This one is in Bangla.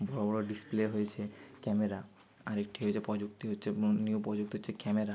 বড় বড় ডিসপ্লে হয়েছে ক্যামেরা আর একটি হয়েছে প্রযুক্তি হচ্ছে নিউ প্রযুক্তি হচ্ছে ক্যামেরা